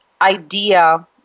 idea